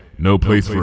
no place for